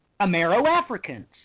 Amero-Africans